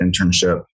internship